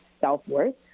self-worth